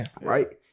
right